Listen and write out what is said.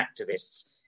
activists